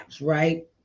right